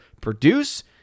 produce